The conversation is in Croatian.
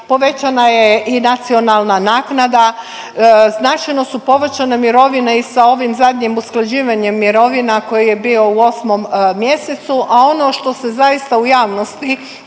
povećana je i nacionalna naknada. Značajno su povećane mirovine i sa ovim zadnjim usklađivanjem mirovina koji je bio u 8. mjesecu, a ono što se zaista u javnosti